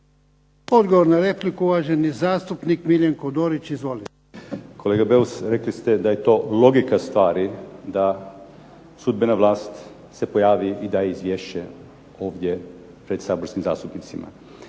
Odgovor na repliku uvaženi zastupnik MIljenko Dorić. **Dorić, Miljenko (HNS)** Kolega Beus rekli ste da je to logika stvari da sudbena vlast se pojavi i daje izvješće ovdje pred Saborskim zastupnicima.